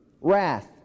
wrath